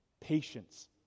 patience